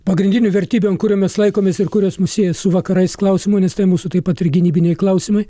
pagrindinių vertybių ant kurio mes laikomės ir kurios mus sieja su vakarais klausimu nes tai mūsų taip pat ir gynybiniai klausimai